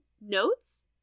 notes